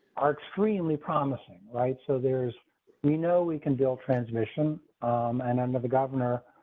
are extremely promising, right? so, there's we know we can build transmission and under the governor.